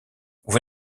vous